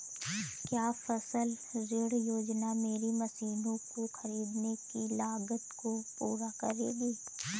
क्या फसल ऋण योजना मेरी मशीनों को ख़रीदने की लागत को पूरा करेगी?